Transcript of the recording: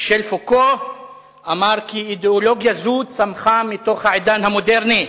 מישל פוקו אמר כי אידיאולוגיה זו צמחה מתוך העידן המודרני.